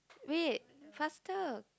wait faster